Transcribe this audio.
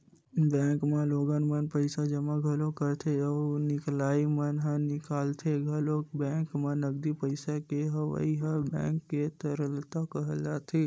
bank म लोगन मन पइसा जमा घलोक करथे अउ निकलइया मन ह निकालथे घलोक बेंक म नगदी पइसा के होवई ह बेंक के तरलता कहलाथे